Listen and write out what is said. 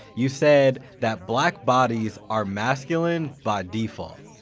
you said that black bodies are masculine by default.